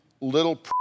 little